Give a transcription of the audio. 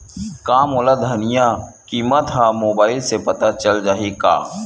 का मोला धनिया किमत ह मुबाइल से पता चल जाही का?